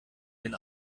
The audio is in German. den